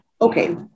okay